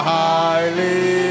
highly